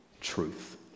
truth